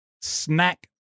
snack